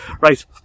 right